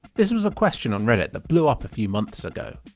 this was a question on reddit that blew up a few months ago.